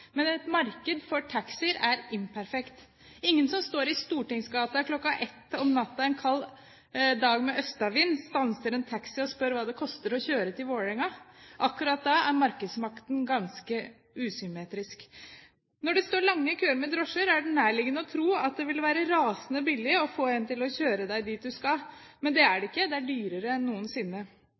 men et marked for taxier er imperfekt. Det er ingen som står i Stortingsgata kl. 1 om natten en kald dag med østavind, stanser en taxi og spør hva det koster å kjøre til Vålerenga. Akkurat da er markedsmakten ganske usymmetrisk. Når det står lange køer av drosjer, er det nærliggende å tro at det vil være rasende billig å få en av dem til å kjøre deg dit du skal. Men det er det ikke, det er dyrere enn noensinne.